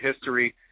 history